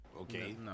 Okay